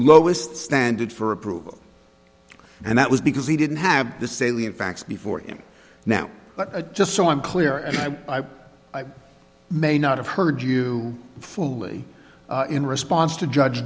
lowest standard for approval and that was because he didn't have the salient facts before him now but just so i'm clear and i may not have heard you fully in response to judge